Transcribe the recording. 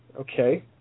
Okay